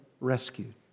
rescued